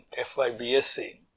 FYBSC